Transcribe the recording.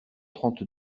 trente